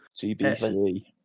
TBC